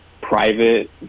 private